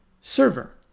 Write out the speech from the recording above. Server